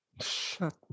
Shut